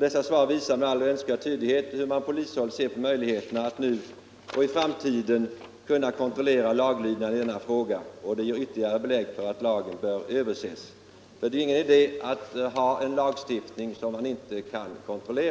Dessa — Ang. bemanningen svar visar med all önskvärd tydlighet hur man på polishåll bedömer möj = av vissa järnvägsligheten att nu och i framtiden kontrollera laglydnaden i denna fråga. = stationer Det ger ytterligare belägg för att lagen bör ses över. Det är ingen idé att ha en lag vars efterlevnad man inte kan kontrollera.